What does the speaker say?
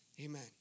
Amen